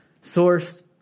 source